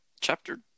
chapter